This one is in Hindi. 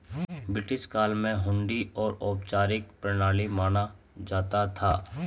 ब्रिटिश काल में हुंडी को औपचारिक प्रणाली माना जाता था